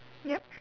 yup